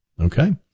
Okay